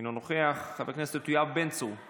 אינו נוכח, חבר הכנסת יואב בן צור,